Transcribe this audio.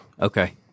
Okay